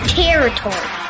territory